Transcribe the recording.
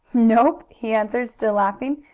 nope, he answered, still laughing,